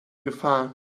gefahr